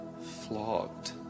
flogged